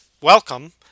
welcome